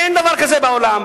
אין דבר כזה בעולם.